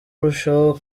arushaho